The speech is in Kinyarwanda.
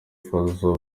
fazzo